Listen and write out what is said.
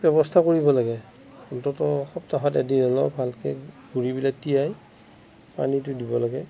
ব্যৱস্থা কৰিব লাগে অন্ততঃ সপ্তাহত এদিন অলপ ভালকৈ গুড়িবিলাক তিয়াই পানীটো দিব লাগে